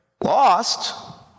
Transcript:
Lost